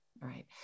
Right